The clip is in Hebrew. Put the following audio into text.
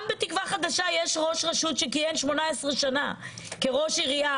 גם בתקווה חדשה יש ראש רשות שכיהן 18 שנה כראש עירייה,